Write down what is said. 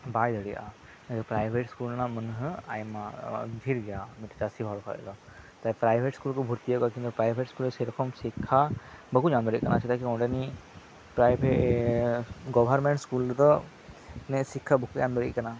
ᱵᱟᱭ ᱫᱟᱲᱮᱭᱟᱜᱼᱟ private school ᱨᱮᱱᱟᱜ ᱢᱟᱹᱦᱚᱱᱟᱹ ᱟᱭᱢᱟ ᱰᱷᱮᱨ ᱜᱮᱭᱟ ᱪᱟᱥᱤ ᱦᱚᱲ ᱠᱷᱚᱱ ᱫᱚ ᱯᱨᱟᱭᱵᱷᱮᱴ ᱥᱠᱩᱞ ᱨᱮᱠᱚ ᱵᱷᱚᱨᱛᱤ ᱟᱠᱚ ᱯᱨᱟᱭᱵᱷᱮᱴ ᱥᱠᱩᱞ ᱨᱮ ᱥᱮᱨᱚᱠᱚᱢ ᱥᱤᱠᱽᱠᱷᱟ ᱵᱟᱠᱚ ᱧᱟᱢ ᱫᱟᱲᱮᱭᱟᱜ ᱠᱟᱱᱟ ᱪᱮᱫᱟᱜ ᱠᱤ ᱚᱸᱰᱮᱱᱤᱡ ᱯᱨᱟᱭᱵᱷᱮᱴ ᱜᱚᱵᱷᱳᱨᱢᱮᱱᱴ ᱥᱠᱩᱞ ᱨᱮᱫᱚ ᱱᱤᱭᱟᱹ ᱥᱤᱠᱽᱠᱷᱟ ᱵᱟᱠᱚ ᱧᱟᱢ ᱫᱟᱲᱮᱭᱟᱜ ᱠᱟᱱᱟ